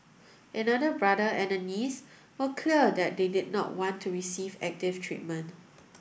another brother and a niece were clear that they did not want to receive active treatment